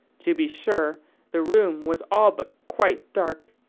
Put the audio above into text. to be sure the room was all but quite dark,